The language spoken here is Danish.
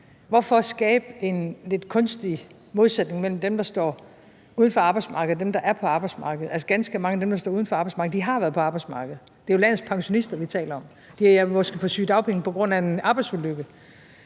Hvorfor skabe en lidt kunstig modsætning mellem dem, der står uden for arbejdsmarkedet, og dem, der er på arbejdsmarkedet? Altså, ganske mange af dem, der står uden for arbejdsmarkedet, har været på arbejdsmarkedet. Det er jo landets pensionister, vi taler om. De er måske på sygedagpenge på grund af en arbejdsulykke.